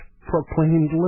proclaimed